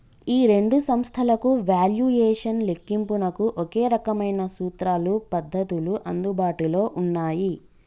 ఈ రెండు సంస్థలకు వాల్యుయేషన్ లెక్కింపునకు ఒకే రకమైన సూత్రాలు పద్ధతులు అందుబాటులో ఉన్నాయి